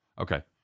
okay